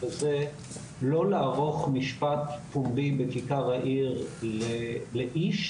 וזה לא לערוך משפט פומבי בכיכר העיר לאיש.